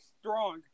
Strong